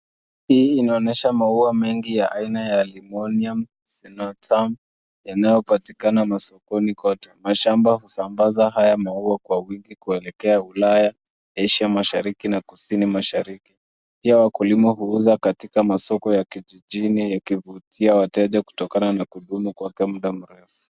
Hii inaonesha maua mengi ya aina ya Limonium sinuatum yanayopatikana masokoni kote. Mashamba husambaza haya maua kwa wiki kuelekea ulaya, asia mashariki na kusini mashariki. Pia wakulima huuza katika masoko ya kijijini ikivutia wateja kutokana na kudumu kwake muda mrefu.